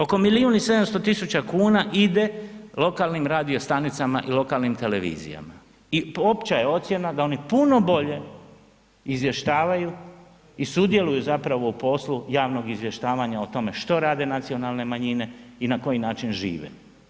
Oko milijun i 700 000 kuna ide lokalnim radiostanicama i lokalni, televizijama i opća je ocjena da oni puno bolje izvještavaju i sudjeluju zapravo u poslu javnog izvještavanja o tome što rade nacionalne manjine i na koji način žive.